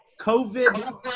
COVID